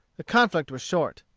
the conflict was short.